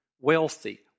wealthy